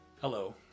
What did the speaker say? Hello